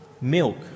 milk